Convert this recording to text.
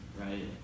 right